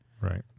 right